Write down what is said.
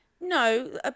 No